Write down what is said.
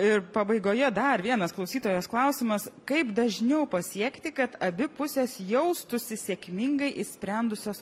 ir pabaigoje dar vienas klausytojos klausimas kaip dažniau pasiekti kad abi pusės jaustųsi sėkmingai išsprendusios